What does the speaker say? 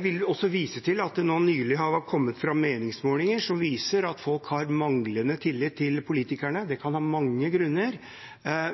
vil også vise til at det nå nylig har kommet meningsmålinger som viser at folk har manglende tillit til politikerne. Det kan være mange grunner til det,